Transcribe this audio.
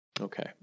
Okay